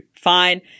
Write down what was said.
fine